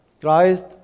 Christ